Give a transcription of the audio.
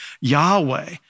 Yahweh